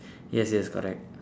yes yes correct